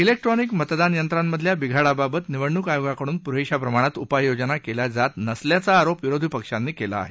electronic मतदानयंत्रांमधल्या बिघाडाबाबत निवडणूक आयोगाकडून पुरेशा प्रमाणात उपाययोजना केल्या जात नसल्याचा आरोप विरोधी पक्षांनी केला आहे